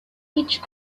each